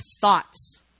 thoughts